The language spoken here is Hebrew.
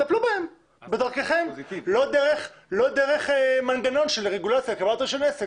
טפלו בהם בדרככם ולא דרך מנגנון של רגולציה של עסק.